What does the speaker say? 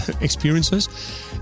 experiences